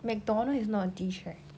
mcdonald's is not a dish right